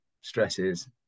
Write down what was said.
stresses